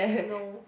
no